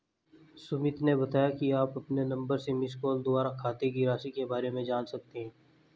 सुमित ने बताया कि आप अपने नंबर से मिसकॉल द्वारा खाते की राशि के बारे में जान सकते हैं